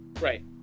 Right